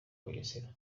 bugesera